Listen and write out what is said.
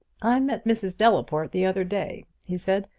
i met mrs. delaporte the other day, he said,